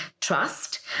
trust